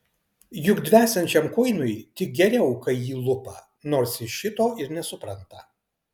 juk dvesiančiam kuinui tik geriau kai jį lupa nors jis šito ir nesupranta